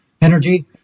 energy